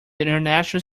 international